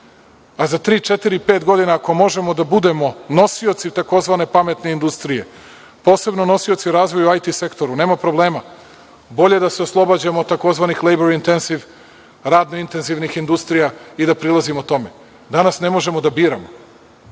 četiri, pet godina, ako možemo, da budemo nosioci tzv. pametne industrije, posebno nosioci u razvoju IT sektora. Nema problema, bolje da se oslobađamo tzv. labor intensive, radno intenzivnih industrija i da prilazimo tome. Danas ne možemo da biramo,